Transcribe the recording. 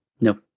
No